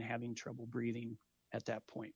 having trouble breathing at that point